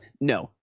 no